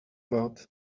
about